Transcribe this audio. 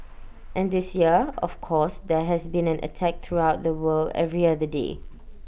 and this year of course there has been an attack throughout the world every other day